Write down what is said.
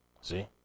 See